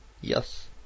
Yes